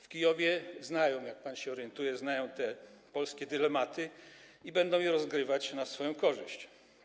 W Kijowie znają, jak pan się orientuje, te polskie dylematy i będą to rozgrywać na swoją korzyść.